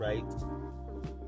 right